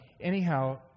anyhow